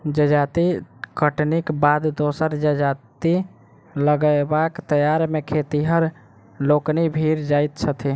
जजाति कटनीक बाद दोसर जजाति लगयबाक तैयारी मे खेतिहर लोकनि भिड़ जाइत छथि